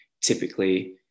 typically